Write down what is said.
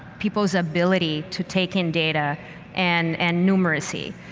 people's ability to take in data and and numerous see,